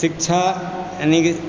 शिक्षा यानिकि